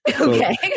okay